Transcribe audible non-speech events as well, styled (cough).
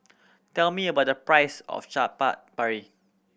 tell me about the price of Chaat (unintelligible) Papri